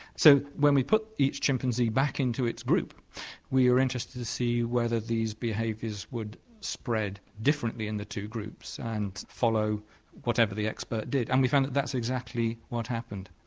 so when we put each chimpanzee back into its group we were interested to see whether these behaviours would spread differently in the two groups and follow whatever the expert did, and we found that that's exactly what happened.